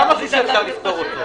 אם הוא לא יפתור את זה,